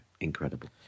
Incredible